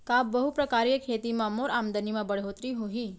का बहुप्रकारिय खेती से मोर आमदनी म बढ़होत्तरी होही?